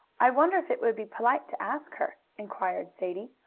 i wonder if it would be polite to ask her? inquired sadie.